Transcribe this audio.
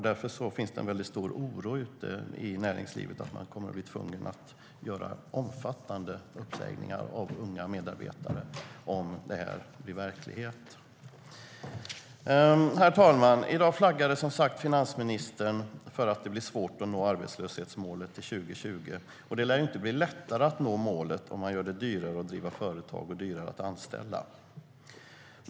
Därför finns det en väldigt stor oro ute i näringslivet för att man kommer att bli tvungen att genomföra omfattande uppsägningar av unga medarbetare, om förslaget blir verklighet. Herr talman! I dag flaggade finansministern för att det blir svårt att nå arbetslöshetsmålet till 2020. Det lär ju inte bli lättare att nå det målet om man gör det dyrare att driva företag och dyrare att anställa.